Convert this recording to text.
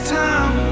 time